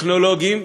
הטכנולוגיים,